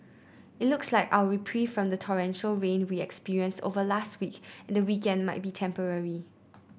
it looks like our reprieve from the torrential rain we experienced over last week and the weekend might be temporary